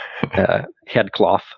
headcloth